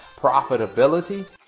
profitability